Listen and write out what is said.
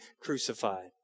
crucified